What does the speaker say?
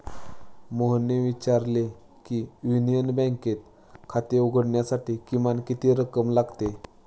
मोहनने विचारले की युनियन बँकेत खाते उघडण्यासाठी किमान किती रक्कम लागते?